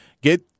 Get